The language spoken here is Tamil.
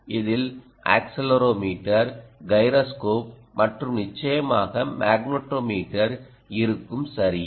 இதில் ஆக்ஸலரோமீட்டர் கைரோஸ்கோப் மற்றும் நிச்சயமாக மேக்னடோமீட்டர் இருக்கும் சரியா